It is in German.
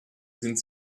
sind